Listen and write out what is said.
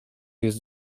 jest